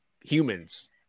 humans